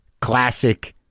Classic